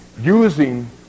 using